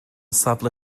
safle